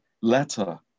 letter